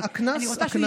אני רוצה שהוא ישים מסכה.